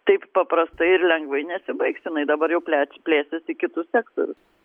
taip paprastai ir lengvai nesibaigs jinai dabar jau plečia plėstis į kitus sektorius